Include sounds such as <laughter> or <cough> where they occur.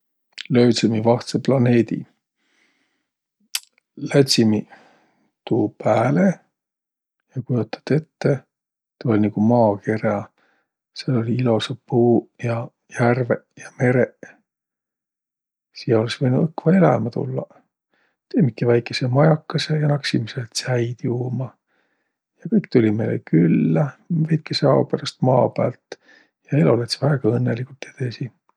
Löüdsemiq vahtsõ planeedi. <noise> Lätsimiq tuu pääle ja kujotat ette – tuu oll' nigu maakerä! Sääl olliq ilosaq puuq ja järveq ja mereq. Siiäq olõs võinuq õkva elämä tullaq. Teimiki väikese majakõsõ ja naksimiq sääl tsäid juuma. Ja kõik tulliq meile küllä väikese ao peräst Maa päält ja elo läts' väega õnnõligult edesi.